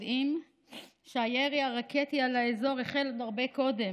יודעים שהירי הרקטי על האזור החל עוד הרבה קודם,